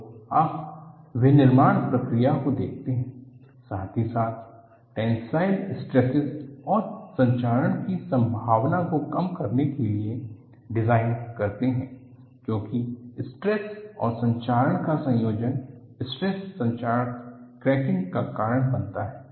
तो आप विनिर्माण प्रक्रिया को देखते हैं साथ ही साथ टेन्साइल स्ट्रेसेस और संक्षारण की संभावना को कम करने के लिए डिज़ाइन करते हैं क्योंकि स्ट्रेस और संक्षारण का संयोजन स्ट्रेस संक्षारक क्रैकिंग का कारण बनता है